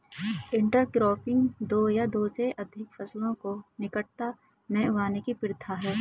intercropping दो या दो से अधिक फसलों को निकटता में उगाने की प्रथा है